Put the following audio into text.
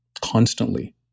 constantly